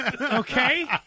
okay